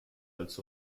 als